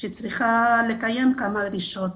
שצריכה לקיים כמה דרישות.